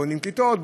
בונים כיתות,